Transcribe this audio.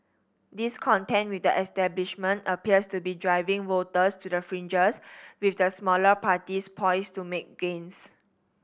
discontent with the establishment appears to be driving voters to the fringes with the smaller parties poised to make gains